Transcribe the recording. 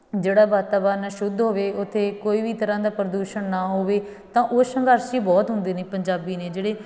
ਜਿਹੜਾ ਵਾਤਾਵਰਨ ਆ ਸ਼ੁੱਧ ਹੋਵੇ ਉੱਥੇ ਕੋਈ ਵੀ ਤਰ੍ਹਾਂ ਦਾ ਪ੍ਰਦੂਸ਼ਣ ਨਾ ਹੋਵੇ ਤਾਂ ਉਹ ਸੰਘਰਸ਼ੀ ਬਹੁਤ ਹੁੰਦੇ ਨੇ ਪੰਜਾਬੀ ਨੇ ਜਿਹੜੇ